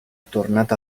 tornato